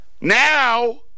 Now